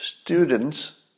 Students